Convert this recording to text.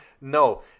No